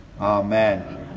Amen